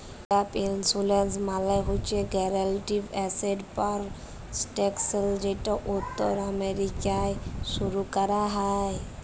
gap insurance মালে হছে guaranteed asset protection যেট উত্তর আমেরিকায় শুরু ক্যরা হ্যয়